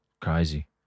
Crazy